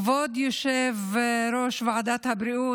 כבוד יושב-ראש ועדת הבריאות,